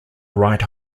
right